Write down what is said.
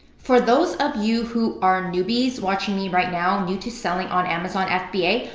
for those of you who are newbies watching me right now, new to selling on amazon fba,